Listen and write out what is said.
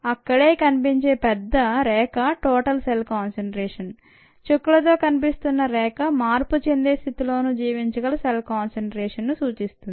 అక్కడే కనిపించే పెద్ద రేఖ టోటల్ సెల్ కాన్సంట్రేషన్ చుక్కలతో కనిపిస్తున్న రేఖ మార్పు చెందే స్థితిలోనూ జీవించగల సెల్ కాన్సంట్రేషన్ సూచిస్తుంది